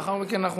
לאחר מכן נצביע.